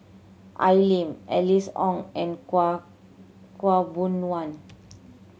Al Lim Alice Ong and khaw Khaw Boon Wan